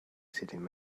sitting